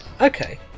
Okay